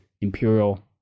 imperial